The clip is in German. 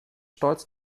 stolz